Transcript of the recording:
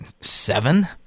seven